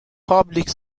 public